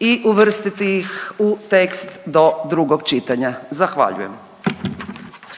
i uvrstiti ih u tekst do drugog čitanja. Zahvaljujem.